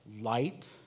Light